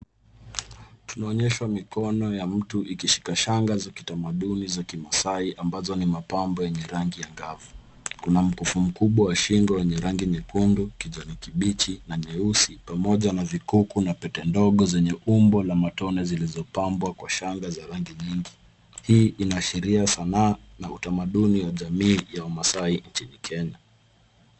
Tunaonyeshwa mikono ya mtu ikishika shanga za kitamaduni za kimasai, ambazo ni mapambo yenye rangi angavu. Kuna mkufu mkubwa wa shingo wenye rangi nyekundu, kijani kibichi na nyeusi , pamoja na vikuku na pete ndogo zenye umbo la matone, zilizopangwa kwa shanga za rangi nyingi. Hii inaashiria sanaa na utamaduni wa jamii ya wamaasai nchini kenya.